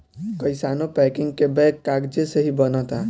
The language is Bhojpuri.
कइसानो पैकिंग के बैग कागजे से ही बनता